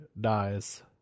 dies